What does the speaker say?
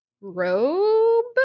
robe